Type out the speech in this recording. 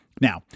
Now